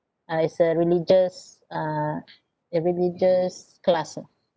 uh it's a religious uh a religious class ah